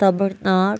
Tamil Nadu